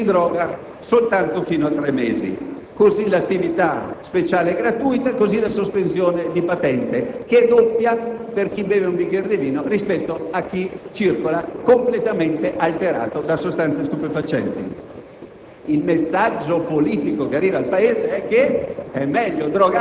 L'arresto per chi beve un bicchiere di vino è fino a sei mesi, per chi si droga soltanto fino a tre mesi. Così nel caso dell'attività sociale gratuita e nel caso di sospensione della patente, che ha una durata doppia per chi beve un bicchiere di vino rispetto a chi circola completamente alterato da sostanze stupefacenti.